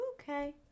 okay